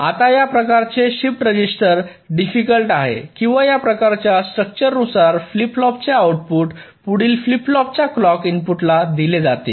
आता या प्रकारचे शिफ्ट रजिस्टर डिफिकल्ट आहे किंवा या प्रकारच्या स्ट्रक्चर नुसार फ्लिप फ्लॉपचे आउटपुट पुढील फ्लिप फ्लॉपच्या क्लॉक इनपुटला दिले जाते